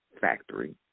factory